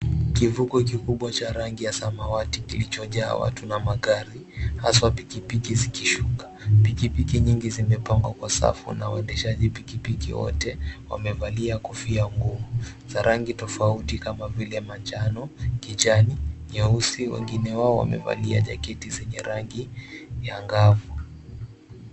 Kivuko kikubwa cha rangi ya samawati kilichojaa watu na magari, haswa pikipiki zikishuka. Pikipiki nyingi zimepangwa kwa safu na waendesha pikipiki wote wamevalia kofia ngumu za rangi tofauti kama vile manjano, kijani, nyeusi, wengine wao wamevalia jaketi zenye rangi ya ngavu.